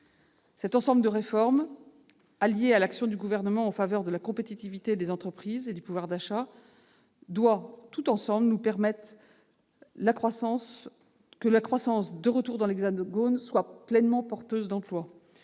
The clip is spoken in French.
Cet ensemble de réformes, allié à l'action du Gouvernement en faveur de la compétitivité des entreprises et du pouvoir d'achat, doit permettre à la croissance, de retour dans l'Hexagone, d'être pleinement porteuse d'emplois,